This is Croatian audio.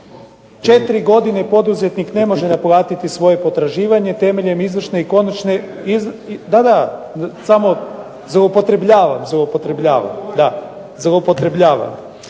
4 godine poduzetnik ne može naplatiti svoje potraživanje temeljem izvršne i konačne, da, da zloupotrebljava, da.